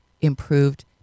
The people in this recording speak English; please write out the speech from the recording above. improved